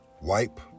wipe